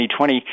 2020